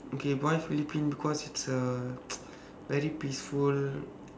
okay why philippines because it's a very peaceful